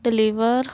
deliver